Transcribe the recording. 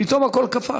פתאום הכול קפץ.